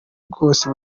bwose